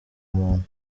muntu